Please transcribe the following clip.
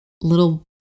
little